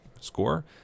score